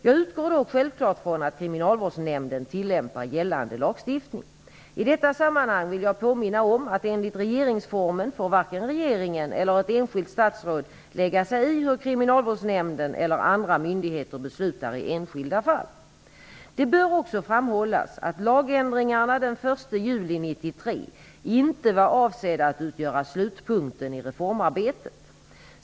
Jag utgår dock självklart från att Kriminalvårdsnämnden tillämpar gällande lagstiftning. I detta sammanhang vill jag påminna om att enligt regeringsformen får varken regeringen eller ett enskilt statsråd lägga sig i hur Kriminalvårdsnämnden eller andra myndigheter beslutar i enskilda fall. Det bör också framhållas att lagändringarna den 1 juli 1993 inte var avsedda att utgöra slutpunkten i reformarbetet.